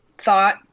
thought